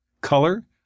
color